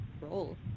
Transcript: Roll